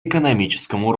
экономическому